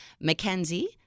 Mackenzie